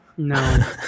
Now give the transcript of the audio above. No